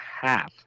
half